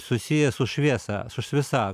susijęs su šviesa su šviesa